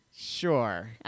sure